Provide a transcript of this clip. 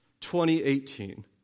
2018